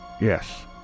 Yes